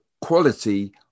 quality